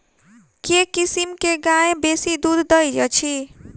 केँ किसिम केँ गाय बेसी दुध दइ अछि?